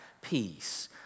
peace